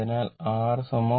അതിനാൽ r 5